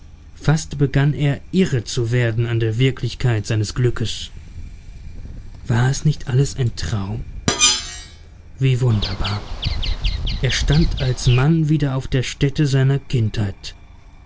fast begann er irre zu werden an der wirklichkeit seines glückes war es nicht alles ein traum wie wunderbar er stand als mann wieder auf der stätte seiner kindheit